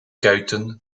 kuiten